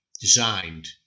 Designed